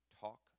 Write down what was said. talk